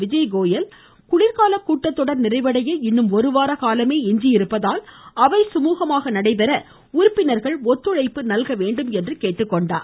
விஜய் கோயல் குளிர்கால கூட்டத்தொடர் நிறைவடைய இன்னும் ஒருவார காலமே இருப்பதால் அவை சுமூகமாக நடைபெற உறுப்பினர்கள் ஒத்துழைப்பு நல்க கேட்டுக்கொண்டார்